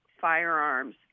firearms